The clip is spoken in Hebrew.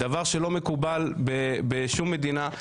דבר שלא מקובל בשום מדינה.